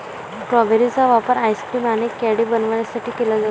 strawberry चा वापर ice cream आणि कँडी बनवण्यासाठी केला जातो